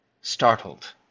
Startled